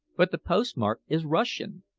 but the postmark is russian.